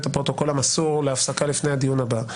הפרוטוקול המסור להפסקה לפני הדיון הבא.